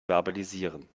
verbalisieren